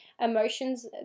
emotions